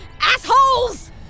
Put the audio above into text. assholes